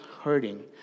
hurting